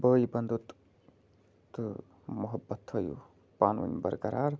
بھٲے بنٛدُت تہٕ محبت تھٲیِو پانہٕ وٲنۍ برقرار